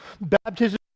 Baptism